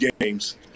games